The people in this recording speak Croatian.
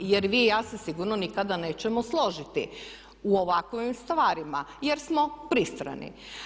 Jer vi i ja se sigurno nikada nećemo složiti u ovakvim stvarima jer smo pristrani.